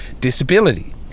disability